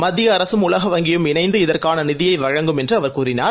மத்தியஅரசும் உலக வங்கியும் இணைந்து இதற்கானநிதியைவழங்கும் என்றுஅவர் கூறினார்